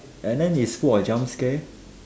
and then it's full of jump scare